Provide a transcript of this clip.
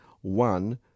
one